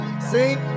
see